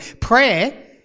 Prayer